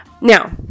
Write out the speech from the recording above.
Now